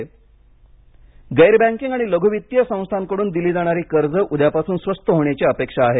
कर्ज गैरबँकिंग आणि लघू वित्तीय संस्थांकडून दिली जाणारी कर्जे उदयपासून स्वस्त होण्याची अपेक्षा आहे